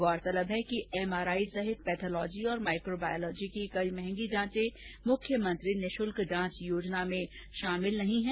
गौरतलब है कि एमआरआई सहित पैथोलॉजी और माइक्रोबायोलॉजी की कई महंगी जांचे मुख्यमंत्री निशुल्क जांच योजना में शामिल नहीं है